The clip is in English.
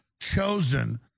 chosen